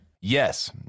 Yes